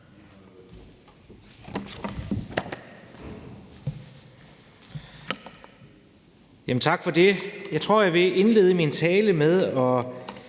Tak for det. Jeg vil indlede min tale med at